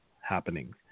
happening